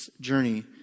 journey